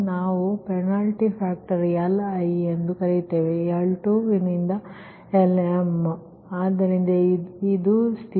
ನಾವು penalty factor Liಎಂದು ಕರೆಯುತ್ತೇವೆ L2Lm ಆದ್ದರಿಂದ ಇದು ಸ್ಥಿತಿ